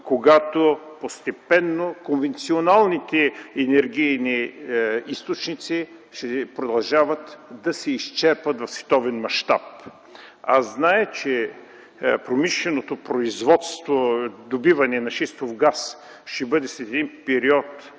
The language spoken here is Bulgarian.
когато постепенно конвенционалните енергийни източници продължават да се изчерпват в световен мащаб. Аз зная, че промишленото производство – добиване на шистов газ, ще бъде след един период